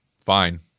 fine